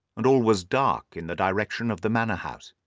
and all was dark in the direction of the manor house.